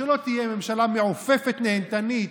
שלא תהיה ממשלה מעופפת נהנתנית,